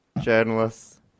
Journalists